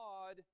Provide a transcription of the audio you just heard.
God